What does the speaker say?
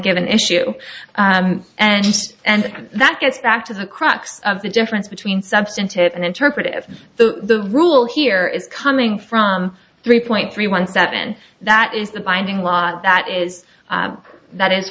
given issue and and that gets back to the crux of the difference between substantive and interpretive the rule here is coming from three point three one step in that is the binding law that is that is